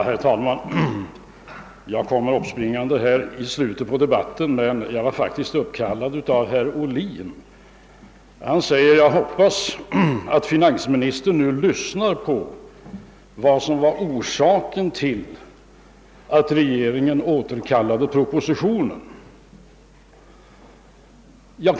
Herr talman! Jag kommer uppspringande här i slutet av debatten, men jag blev faktiskt uppkallad till det av herr Ohlin, som sade att han hoppades att finansministern nu lyssnar på vad som var orsaken till att regeringen återkallade propositionen i höstas.